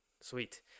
Sweet